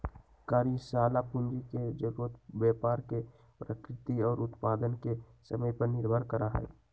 कार्यशाला पूंजी के जरूरत व्यापार के प्रकृति और उत्पादन के समय पर निर्भर करा हई